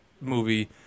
movie